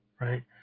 Right